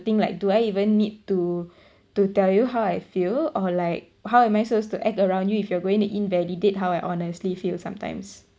think like do I even need to to tell you how I feel or like how am I suppose to act around you if you are going to invalidate how I honestly feel sometimes